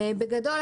בגדול,